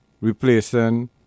replacing